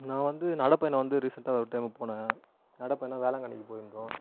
நான் வந்து நடைப்பயணம் வந்து ரீசெண்டாக ஒரு டைம் போனேன் நடைப்பயணம் வேளாங்கண்ணிக்கு போயிருந்தோம்